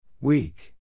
Weak